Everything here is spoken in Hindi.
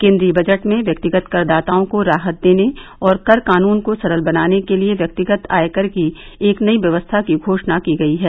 केन्द्रीय बजट में व्यक्तिगत करदाताओं को राहत देने और कर कानून को सरल बनाने के लिए व्यक्तिगत आयकर की एक नई व्यवस्था की घोषणा की गई है